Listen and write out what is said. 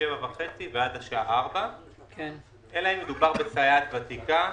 אחר הצוהריים אלא אם מדובר בסייעת ותיקה,